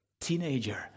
teenager